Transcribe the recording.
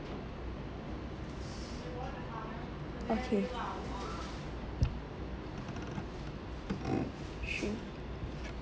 okay sure